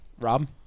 Rob